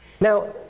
Now